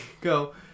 go